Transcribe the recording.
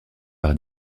par